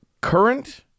Current